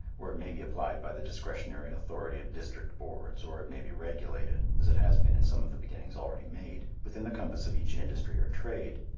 or it may be applied by the discretionary authority of district boards, or it may be regulated as it has been in some of the beginnings already made within the compass of each industry or trade.